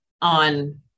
on